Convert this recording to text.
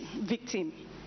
victim